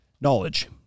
knowledge